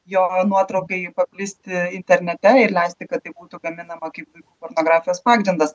jo nuotraukai paplisti internete ir leisti kad tai būtų gaminama kaip fotografijos pagrindas